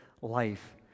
life